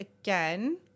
again